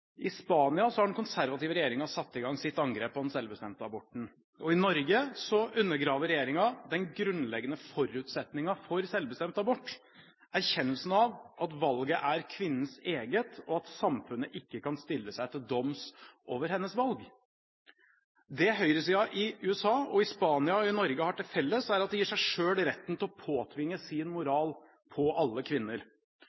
I Spania har den konservative regjeringen satt i gang sitt angrep på den selvbestemte aborten. Og i Norge undergraver regjeringen den grunnleggende forutsetningen for selvbestemt abort – erkjennelsen av at valget er kvinnens eget, og at samfunnet ikke kan stille seg til doms over hennes valg. Det høyresiden i USA, i Spania og i Norge har til felles, er at de gir seg selv retten til å tvinge sin